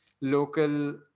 local